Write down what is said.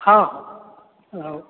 हॅं हॅं हॅं